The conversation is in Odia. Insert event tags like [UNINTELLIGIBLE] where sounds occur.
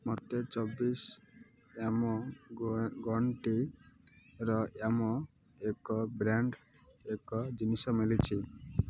ମୋତେ ଚବିଶ [UNINTELLIGIBLE] ଏକ ବ୍ରାଣ୍ଡ ଏକ ଜିନିଷ ମିଳିଛି